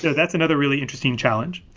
that's another really interesting challenge.